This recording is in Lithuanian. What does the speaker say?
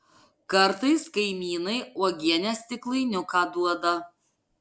kartais kaimynai uogienės stiklainiuką duoda